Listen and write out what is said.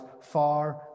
far